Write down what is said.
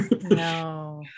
No